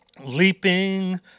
Leaping